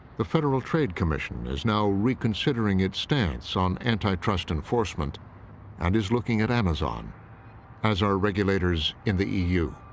the federal trade commission is now reconsidering its stance on antitrust enforcement and is looking at amazon as are regulators in the e u.